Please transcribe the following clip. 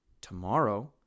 tomorrow